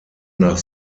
nach